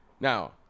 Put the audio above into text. Now